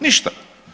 Ništa.